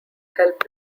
help